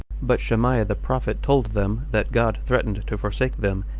but shemaiah the prophet told them, that god threatened to forsake them,